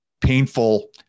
painful